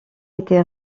été